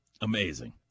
Amazing